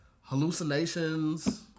hallucinations